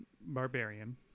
barbarian